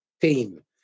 team